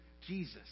Jesus